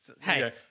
Hey